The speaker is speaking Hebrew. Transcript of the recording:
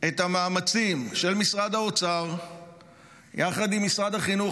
את המאמצים של משרד האוצר יחד עם משרד החינוך